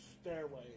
stairway